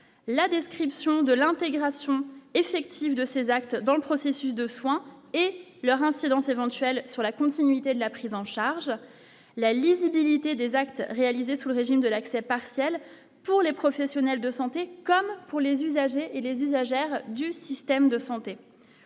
la description de l'intégration effective de ces actes dans le processus de soins et leur insu dans ses vents Duel sur la continuité de la prise en charge la lisibilité des actes réalisés sous le régime de l'accès partiel pour les professionnels de santé, comme pour les usagers et les usagères du système de santé